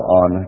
on